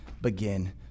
begin